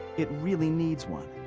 it really needs one.